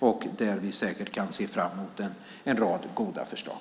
Vi kan säkert se fram emot en rad goda förslag.